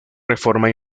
reforma